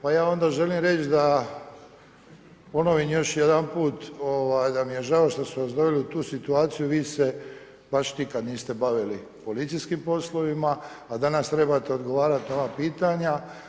Pa ja onda želim reći još jedanput da mi je žao što smo vas doveli u tu situaciju, vi se baš nikad niste bavili policijskim poslovima a danas trebate odgovarati na ova pitanja.